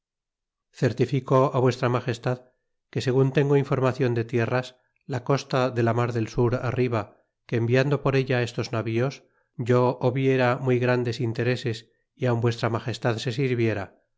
secreto certifico vuestra ma gestad que segun tengo informacion de tierras la costa de la mar del sur arriba que enviando por ella estos navíos yo hobi era muy grandes intereses y aun vuestra magestad se sirviera